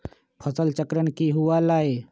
फसल चक्रण की हुआ लाई?